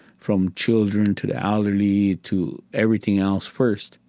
from children to the elderly, to everything else first.